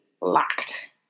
locked